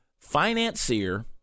financier